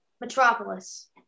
Metropolis